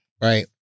Right